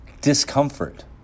discomfort